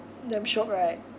damn shiok right